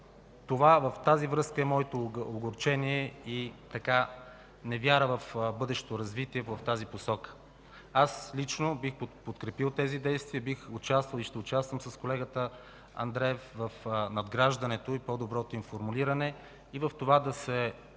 В тази връзка е моето огорчение и невяра в бъдещото развитие в тази посока. Аз лично бих подкрепил тези действия, бих участвал и ще участвам с колегата Андреев в надграждането и по-доброто им формулиране и в това да се